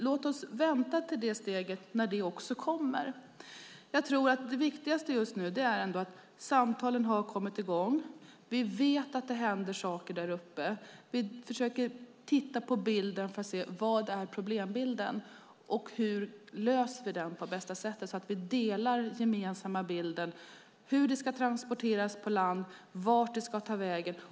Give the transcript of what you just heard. Låt oss vänta tills det steget kommer. Jag tror att det viktigaste just nu är att samtalen har kommit i gång. Vi vet att det händer saker däruppe. Vi försöker se vad som är problembilden och hur vi löser problemen på bästa sätt, så att vi får en gemensam bild av hur gods ska transporteras på land och vart det ska ta vägen.